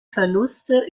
verluste